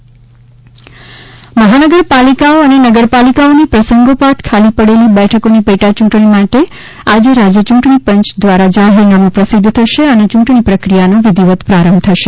રાજય યુંટણી પંચ મહનગરપાલિકાઓ અને નગરપાલિકાઓની પ્રસંગોપાત ખાલી પડેલી બેઠકોની પેટા યુંટણી માટે આજે રાજય યુંટણી પંચ દ્વારા જાહેરનામું પ્રસિધ્ધ થશે અને યુંટણી પ્રક્રિયાનો વિધિવત પ્રારંભ થશે